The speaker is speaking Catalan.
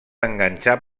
enganxar